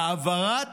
העברת